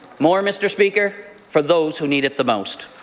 more, mr. speaker, for those who need it the most.